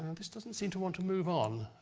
this doesn't seem to want to move on.